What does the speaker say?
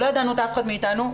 אף אחד מאתנו,